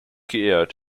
geehrt